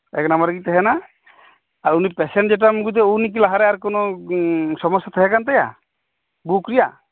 ᱮᱠ ᱱᱟᱢᱵᱟᱨ ᱨᱮᱜᱮᱧ ᱛᱟᱦᱮᱸᱱᱟ ᱟᱨ ᱩᱱᱤ ᱯᱮᱥᱮᱱᱴ ᱡᱮᱴᱟᱢ ᱟᱜᱩᱭᱮᱫᱮ ᱩᱱᱤ ᱠᱤ ᱞᱟᱦᱟᱨᱮ ᱠᱳᱱᱳ ᱥᱚᱢᱚᱥᱥᱟ ᱛᱟᱦᱮᱸ ᱠᱟᱱ ᱛᱟᱭᱟ ᱵᱩᱠ ᱨᱮᱭᱟᱜ